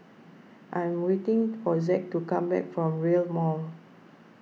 I'm waiting for Zack to come back from Rail's Mall